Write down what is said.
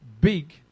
big